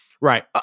Right